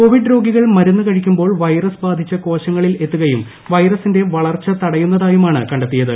Covid രോഗികൾ മരുന്ന് കഴിക്കുമ്പോൾ വൈറസ് ബാധിച്ചു കോശങ്ങളിൽ എത്തുകയും വൈറസിന്റെ വളർച്ചു തടയുന്നതായുമാണ് കണ്ടെത്തിയത്